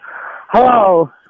Hello